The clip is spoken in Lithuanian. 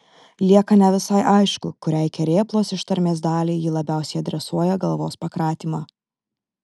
lieka ne visai aišku kuriai kerėplos ištarmės daliai jis labiausiai adresuoja galvos pakratymą